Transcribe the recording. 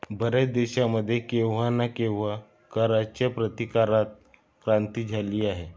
बर्याच देशांमध्ये केव्हा ना केव्हा कराच्या प्रतिकारात क्रांती झाली आहे